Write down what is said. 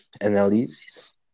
analysis